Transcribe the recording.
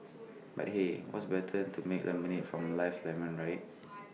but hey what's better than to make lemonade from life lemon right